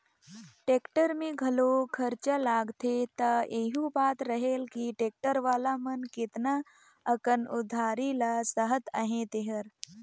tractor में घलो खरचा लागथे त एहू बात रहेल कि टेक्टर वाला मन केतना अकन उधारी ल सहत अहें तेहर